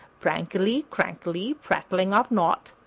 prankily, crankily prating of naught,